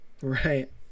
Right